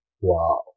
Wow